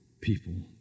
people